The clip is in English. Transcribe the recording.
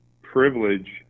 privilege